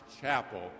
Chapel